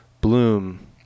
Bloom